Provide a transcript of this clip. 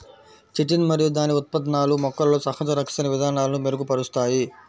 chitin మరియు దాని ఉత్పన్నాలు మొక్కలలో సహజ రక్షణ విధానాలను మెరుగుపరుస్తాయి